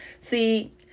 See